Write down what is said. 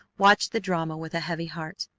watched the drama with a heavy heart.